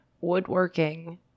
woodworking